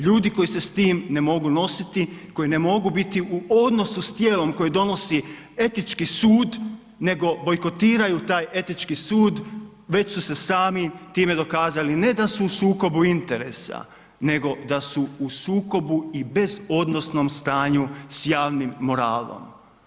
Ljudi koji se s tim ne mogu nositi, koji ne mogu biti u odnosu s tijelom koje donosi etički sud nego bojkotiraju taj etički sud, već su se sami time dokazali, ne da su u sukobu interesa, nego da su u sukobu i bezodnosnom stanju s javnim moralom.